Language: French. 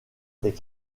des